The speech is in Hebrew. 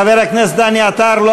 חבר הכנסת דני עטר, לא